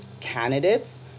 candidates